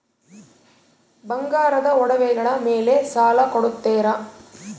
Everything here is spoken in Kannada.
ಬಂಗಾರದ ಒಡವೆಗಳ ಮೇಲೆ ಸಾಲ ಕೊಡುತ್ತೇರಾ?